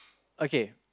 okay